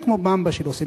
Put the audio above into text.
אין כמו 'במבה' של 'אסם'".